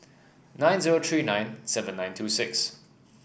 nine zero three nine seven nine two six